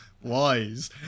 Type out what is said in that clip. Wise